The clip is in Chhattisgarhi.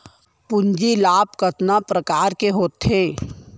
पूंजी लाभ कतना प्रकार के होथे?